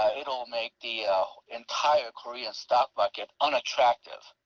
ah it will make the entire korean stock market unattractive.